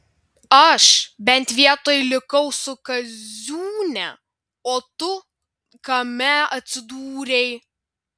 aš bent vietoj likau su kaziūne o tu kame atsidūrei